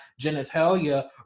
genitalia